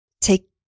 Take